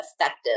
effective